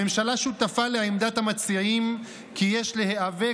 הממשלה שותפה לעמדת המציעים כי יש להיאבק